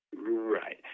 Right